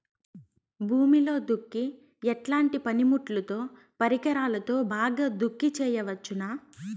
భూమిలో దుక్కి ఎట్లాంటి పనిముట్లుతో, పరికరాలతో బాగా దుక్కి చేయవచ్చున?